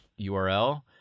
url